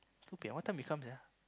okay what time we come ah